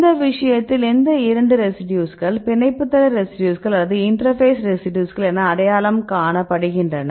இந்த விஷயத்தில் இந்த ரெசிடியூஸ்கள் பிணைப்பு தள ரெசிடியூஸ்கள் அல்லது இன்டெர்பேஸ் ரெசிடியூஸ்கள் என அடையாளம் காணப்படுகின்றன